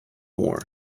more